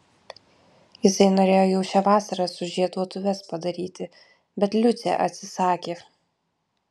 jisai norėjo jau šią vasarą sužieduotuves padaryti bet liucė atsisakė